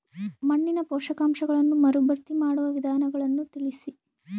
ಮಣ್ಣಿನ ಪೋಷಕಾಂಶಗಳನ್ನು ಮರುಭರ್ತಿ ಮಾಡುವ ವಿಧಾನಗಳನ್ನು ತಿಳಿಸಿ?